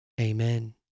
Amen